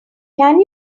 can